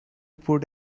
put